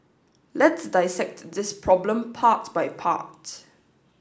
let's dissect this problem part by part